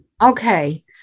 Okay